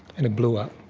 and it blew up.